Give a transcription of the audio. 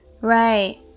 right